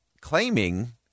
claiming